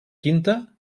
quinta